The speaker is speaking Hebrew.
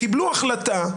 וקיבלו החלטה,